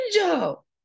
angel